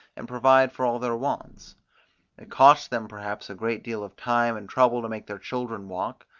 and provide for all their wants it costs them perhaps a great deal of time and trouble to make their children walk,